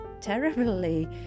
terribly